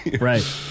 Right